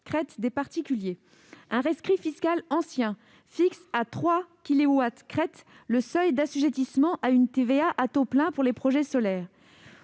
crête. Un rescrit fiscal ancien fixe à 3 kilowatts crête le seuil d'assujettissement à la TVA à taux plein pour les projets solaires.